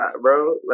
bro